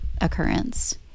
occurrence